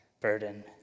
burden